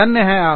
धन्य हैं आप